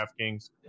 DraftKings